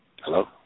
Hello